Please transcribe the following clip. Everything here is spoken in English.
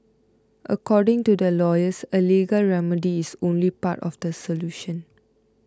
according to the lawyers a legal remedy is only part of the solution